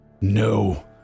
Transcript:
No